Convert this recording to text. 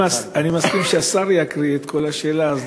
אני מסכים שהשר יקריא את כל השאלה.